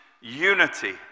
unity